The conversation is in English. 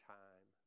time